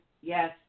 yes